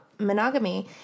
Monogamy